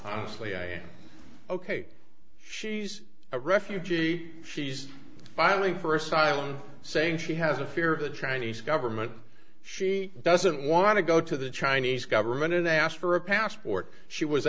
sleep ok she's a refugee she's filing for asylum saying she has a fear of the chinese government she doesn't want to go to the chinese government and they ask for a passport she was